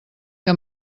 que